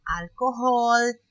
alcohol